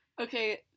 Okay